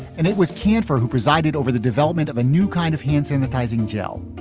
and it was kanfer who presided over the development of a new kind of hand sanitizing gel,